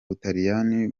butaliyani